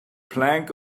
plank